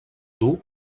dur